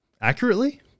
Accurately